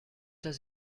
does